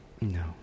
No